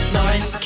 Lauren